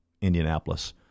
Indianapolis